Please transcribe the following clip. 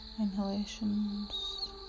inhalations